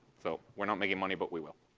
so we're not making money, but we will.